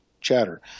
chatter